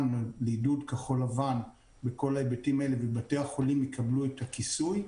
לעידוד כחול לבן בכל ההיבטים האלה ובתי החולים יקבלו את הכיסוי,